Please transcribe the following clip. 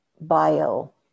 bio